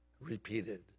repeated